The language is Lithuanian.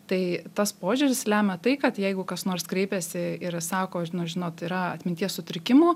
tai tas požiūris lemia tai kad jeigu kas nors kreipiasi ir sako nu žinot yra atminties sutrikimų